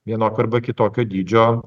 vienokio arba kitokio dydžio